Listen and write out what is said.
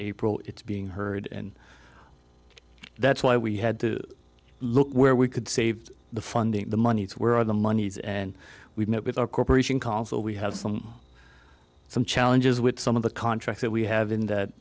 april it's being heard and that's why we had to look where we could save the funding the monies were in the monies and we met with our corporation calls that we have some some challenges with some of the contracts that we have in that